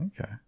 okay